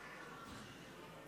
עשרה מתנגדים.